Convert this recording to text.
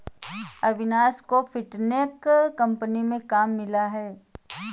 अविनाश को fintech company में काम मिला है